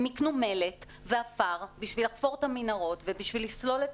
הם יקנו מלט ועפר בשביל לחפור את המנהרות ובשביל לסלול את